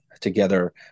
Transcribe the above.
together